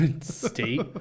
State